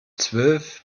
zwölf